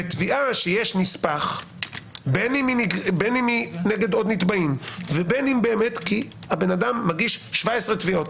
בתביעה שיש נספח בין היא נגד עוד נתבעים ובין הבן אדם הגיש 17 תביעות